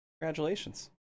Congratulations